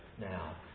now